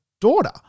daughter